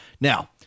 Now